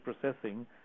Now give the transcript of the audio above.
processing